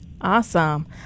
Awesome